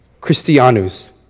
Christianus